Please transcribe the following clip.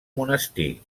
monestir